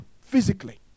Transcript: physically